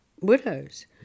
Widows